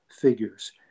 figures